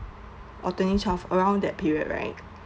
or twenty twelve around that period right